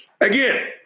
Again